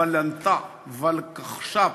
ולנת"ע, ולקחש"פ,